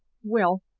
well,